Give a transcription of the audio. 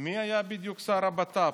מי היה בדיוק שר הבט"פ?